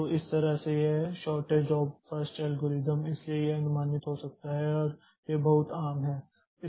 तो इस तरह से यह शॉर्टेस्ट जॉब फर्स्ट एल्गोरिथ्म इसलिए यह अनुमानित हो सकता है और यह बहुत आम है